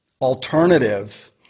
alternative